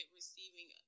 receiving